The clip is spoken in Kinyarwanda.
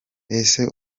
ese